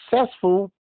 successful